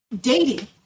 dating